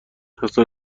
حسن